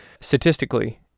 statistically